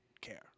care